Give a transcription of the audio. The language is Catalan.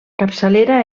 capçalera